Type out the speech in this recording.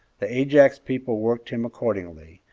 the ajax people worked him accordingly,